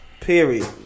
Period